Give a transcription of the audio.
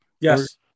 Yes